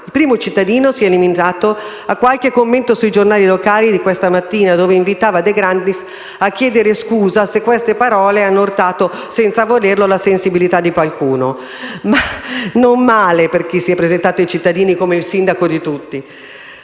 Il primo cittadino si è limitato a qualche commento sui giornali locali di questa mattina dove invitava De Grandis a chiedere scusa «se ha urtato» - solo le sue parole - «senza volerlo la sensibilità di qualcuno». Non male per chi si è presentato ai cittadini come «il sindaco di tutti».